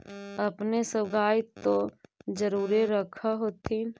अपने सब गाय तो जरुरे रख होत्थिन?